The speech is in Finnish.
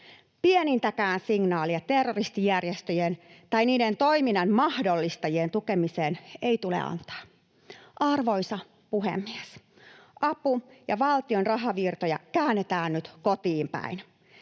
Pienintäkään signaalia terroristijärjestöjen tai niiden toiminnan mahdollistajien tukemisesta ei tule antaa. Arvoisa puhemies! Apua ja valtion rahavirtoja käännetään nyt kotiinpäin